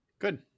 Good